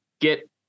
get